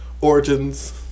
origins